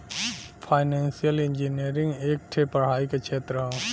financial engineering एक ठे पढ़ाई के क्षेत्र हौ